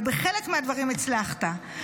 ובחלק מהדברים הצלחת,